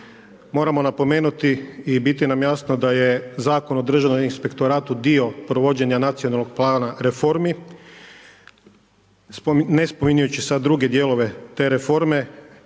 Moramo napomenuti i biti nam jasno da je Zakon o državnom inspektoratu dio provođenja Nacionalnog plana reformi, ne spominjati ću sada druge dijelove te reforme,